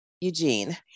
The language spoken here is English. Eugene